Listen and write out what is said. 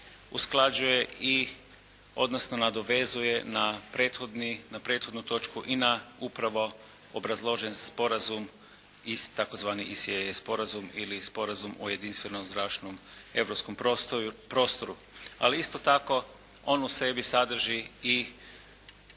usklađuje i odnosno nadovezuje na prethodnu točku i na upravo obrazložen sporazum iz tzv. …/Govornik se ne razumije./… sporazum ili sporazum o jedinstvenom zračnom europskom prostoru. Ali isto tako on u sebi sadrži i